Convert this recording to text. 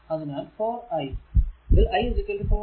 അതിനാൽ 4 i ഇതിൽ i 4 ampere ആണ്